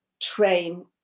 train